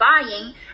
buying